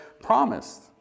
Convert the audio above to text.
promised